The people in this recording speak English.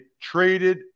traded